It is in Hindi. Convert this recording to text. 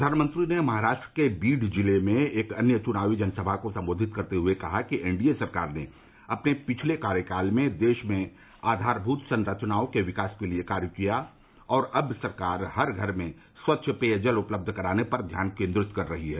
प्रधानमंत्री ने महाराष्ट्र के बीड जिले में एक अन्य चुनावी जनसभा को सम्बोधित करते हुए कहा कि एनडीए सरकार ने अपने पिछले कार्यकाल में देश में आधारभूत संरचनाओं के विकास के लिए कार्य किया और अब सरकार हर घर में स्वच्छ पेयजल उपलब्ध कराने पर ध्यान केंद्रित कर रही है